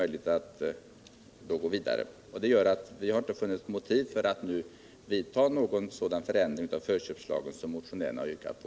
Detta gör att vi inte har funnit motiv för att nu vidta någon sådan förändring av förköpslagen som motionärerna har yrkat på.